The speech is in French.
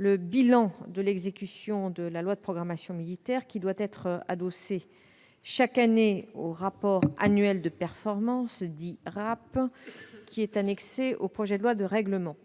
le bilan de l'exécution de la loi de programmation militaire, lequel doit être adossé chaque année au rapport annuel de performance, ou RAP, qui est lui-même annexé au projet de loi de règlement.